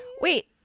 Wait